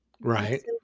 Right